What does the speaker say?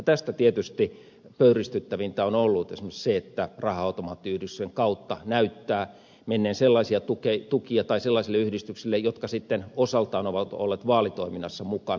tästä tietysti pöyristyttävintä on ollut esimerkiksi se että raha automaattiyhdistyksen kautta näyttää menneen tukia sellaisille yhdistyksille jotka sitten osaltaan ovat olleet vaalitoiminnassa mukana